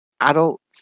adults